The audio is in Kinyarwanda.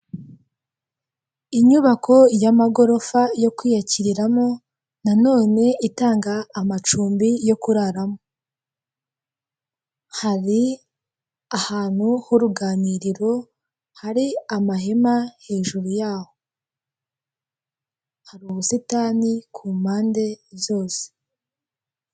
Inyubako y'amagorofa yo kwiyakiriramo na none itanga amacumbi yo kuraramo, hari ahantu h'uruganiriro hari amahema hejuru ya hari ubusitani impande zose.